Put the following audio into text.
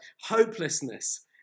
Hopelessness